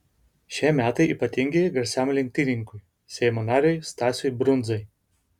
šie metai ypatingi garsiam lenktynininkui seimo nariui stasiui brundzai